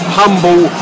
humble